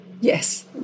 Yes